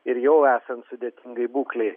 ir jau esant sudėtingai būklei